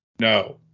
no